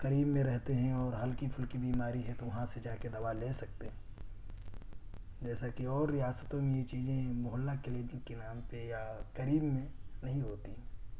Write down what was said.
قریب میں رہتے ہیں اور ہلکی پھلکی بیماری ہے تو وہاں سے جا کے دوا لے سکتے ہیں جیسے کہ اور ریاستوں میں یہ چیزیں محلہ کلینک کے نام پہ یا قریب میں نہیں ہوتی ہیں